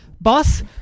Boss